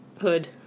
hood